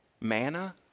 Manna